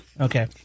Okay